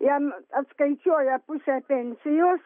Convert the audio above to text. jam atskaičiuoja pusę pensijos